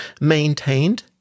maintained